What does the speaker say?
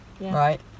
Right